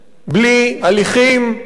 בלי הליכים.